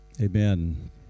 Amen